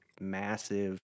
massive